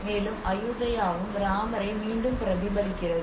மேலும் அயுதயாவும் ராமரை மீண்டும் பிரதிபலிக்கிறது